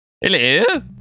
Hello